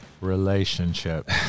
relationship